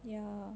ya